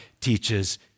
teaches